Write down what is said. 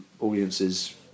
audiences